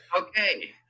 okay